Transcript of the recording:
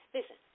Listen